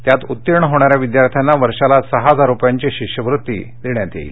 त्यात उत्तीर्ण होणाऱ्या विद्यार्थ्यांना वर्षाला सहा हजार रुपयांची शिष्यवृत्ती देण्यात येणार आहे